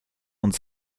und